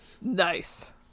Nice